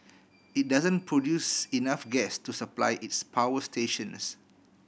it doesn't produce enough gas to supply its power stations